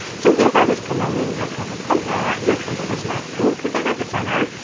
so if i was promoting your content empire, your content this month, i would put that at the center.